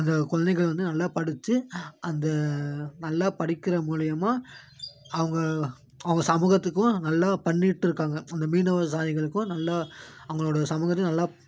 அந்த குழந்தைகள் வந்து நல்லா படித்து அந்த நல்லா படிக்கிறது மூலியமாக அவங்க அவங்க சமூகத்துக்கும் நல்லா பண்ணிகிட்ருக்காங்க அந்த மீனவ சாதிங்களுக்கும் நல்லா அவங்களோட சமூகத்தையும் நல்லா